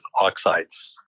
oxides